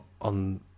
on